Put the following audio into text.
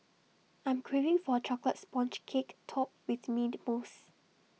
I am craving for A Chocolate Sponge Cake Topped with Mint Mousse